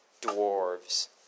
dwarves